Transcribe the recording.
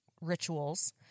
rituals